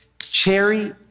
Cherry